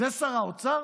זה שר האוצר?